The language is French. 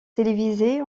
télévisés